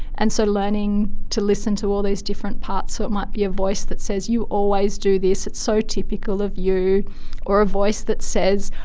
and so learning to listen to all these different parts, so it might be a voice that says, you always do this, it's so typical of you or a voice that says,